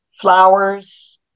flowers